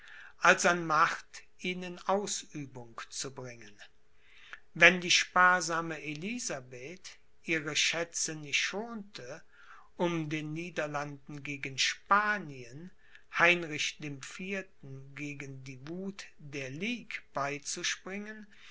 als an macht ihn in ausübung zu bringen wenn die sparsame elisabeth ihre schätze nicht schonte um den niederlanden gegen spanien heinrich dem vierten gegen die wuth der ligue beizuspringen